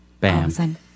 Bam